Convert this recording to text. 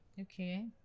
Okay